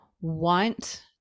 want